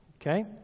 Okay